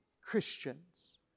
Christians